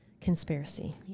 conspiracy